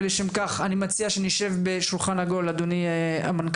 ולשם כך אני מציע שנשב בשולחן עגול, אדוני המנכ"ל,